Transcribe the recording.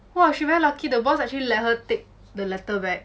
!wah! she very lucky the boss actually let her take the letter back